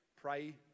pray